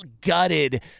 gutted